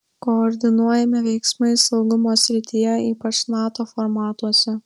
koordinuojami veiksmai saugumo srityje ypač nato formatuose